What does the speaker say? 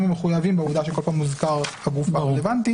המחויבים כשכל פעם מוזכר הגוף הרלוונטי